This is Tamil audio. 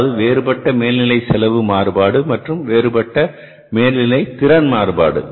அதாவது வேறுபட்ட மேல்நிலை செலவு மாறுபாடு மற்றும் வேறுபட்ட மேல்நிலை திறன் மாறுபாடு